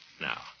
Now